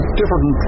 different